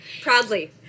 Proudly